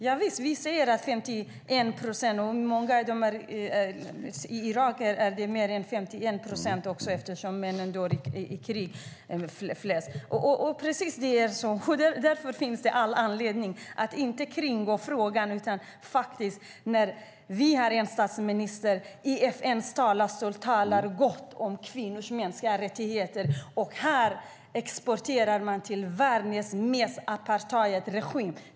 Javisst, vi säger att det är 51 procent, och i Irak är det mer än 51 procent eftersom männen dör i krig. Därför finns det all anledning att inte kringgå frågan. Vi har en statsminister som i FN:s talarstol talar gott om kvinnors mänskliga rättigheter, och här exporterar man till världens värsta könsapartheidregim.